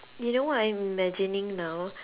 you know what I am imagining now